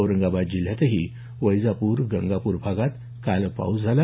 औरंगाबाद जिल्ह्यातही वैजापूर गंगापूर भागात काल पाऊस झाला